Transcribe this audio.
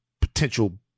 potential